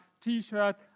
T-shirt